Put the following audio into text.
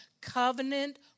covenant